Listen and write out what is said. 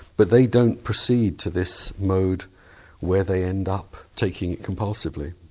but they don't proceed to this mode where they end up taking it compulsively.